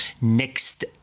Next